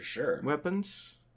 weapons